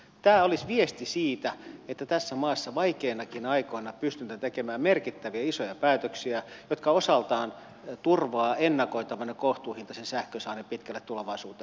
tämä olisi viesti siitä että tässä maassa vaikeinakin aikoina pystymme tekemään merkittäviä isoja päätöksiä jotka osaltaan turvaavat ennakoitavan ja kohtuuhintaisen sähkön saannin pitkälle tulevaisuuteen